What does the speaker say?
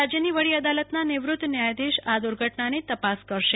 રાજ્યની વડી અદાલતના નિવૃત ન્યાયધીશ આ દુર્ઘટનાની તપપ્લિ કરશે